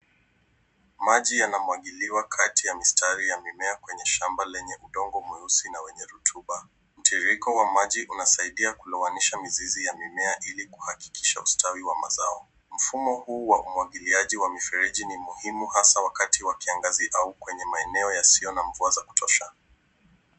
Maji yanamwagiliwa kati ya mistari ya mimea kwenye shamba lenye udongo mweusi na wenye rutuba. Mtiririko wa maji inasaidia kulowanisha mizizi ya mimea ili kuhakikisha ustawi wa mazao. Mifumo huu wa umwagiliaji wa mifereji ni muhimu hasa wakati wa kiangazi au kwenye maeneo yasiyo na mvua za kutosha.